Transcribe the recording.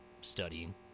studying